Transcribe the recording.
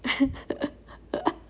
and